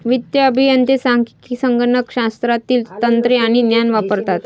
वित्तीय अभियंते सांख्यिकी, संगणक शास्त्रातील तंत्रे आणि ज्ञान वापरतात